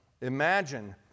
Imagine